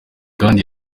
kandi